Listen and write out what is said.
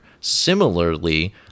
Similarly